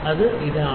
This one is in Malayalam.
അതെ ഇതാണ്